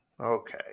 Okay